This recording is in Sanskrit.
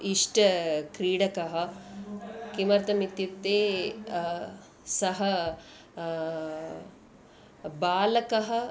इष्टक्रीडकः किमर्थम् इत्युक्ते सः बालकः